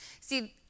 See